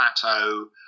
Plateau